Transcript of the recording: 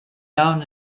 down